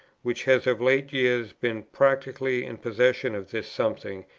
which has of late years been practically in possession of this something,